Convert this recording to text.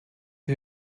who